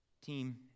Team